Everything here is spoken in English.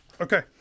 Okay